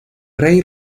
rey